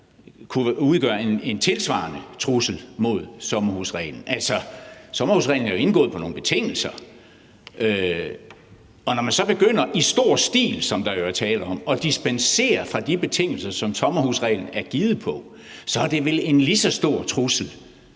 kunne udgøre en tilsvarende trussel mod sommerhusreglen. Altså, sommerhusreglen er jo indgået på nogle betingelser, og når man så begynder i stor stil, som der jo er tale om, at dispensere fra de betingelser, som sommerhusreglen er givet på, er det vel en lige så stor trussel